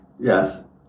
Yes